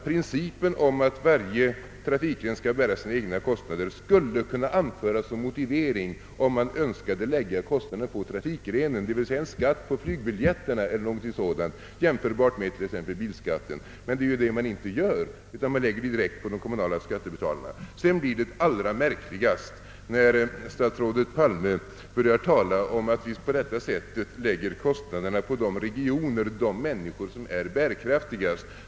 Principen att varje trafikgren skall bära sina egna kostnader skulle kunna anföras som motivering om man önskade lägga kostnaderna på trafikgrenen, d. v. s. en skatt på flygbiljetterna eller någonting dylikt som kunde jämföras med bilskatten. Men man lägger här kostnaderna direkt på de kommunala skattebetalarna. Det blir allra märkligast när statsrådet Palme börjar tala om att vi på detta sätt lägger kostnaderna på de regioner och de människor som är bärkraftigast.